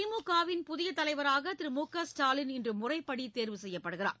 திமுகவின் புதிய தலைவராக திரு மு க ஸ்டாலின் இன்று முறைப்படி தேர்வு செய்யப்படுகிறார்